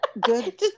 good